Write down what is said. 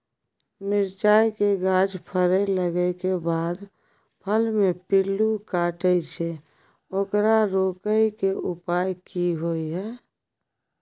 मिरचाय के गाछ फरय लागे के बाद फल में पिल्लू काटे छै ओकरा रोके के उपाय कि होय है?